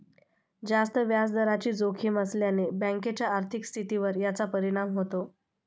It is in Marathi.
जास्त व्याजदराची जोखीम असल्याने बँकेच्या आर्थिक स्थितीवर याचा परिणाम होतो